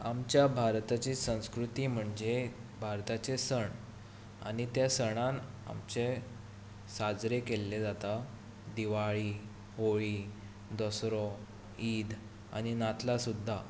आमच्या भारताची संस्कृती म्हणजे भारताचे सण आनी त्या सणान आमचे साजरे केल्ले जाता दिवाळी होळी दसरो ईद आनी नातालां सुद्दां